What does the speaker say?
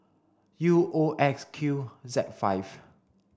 U O X Q Z five